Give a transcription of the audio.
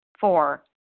Four